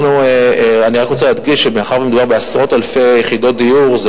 אני רק רוצה להדגיש שמאחר שמדובר בעשרות אלפי יחידות דיור,